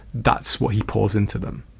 that's what he pours into them.